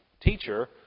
Teacher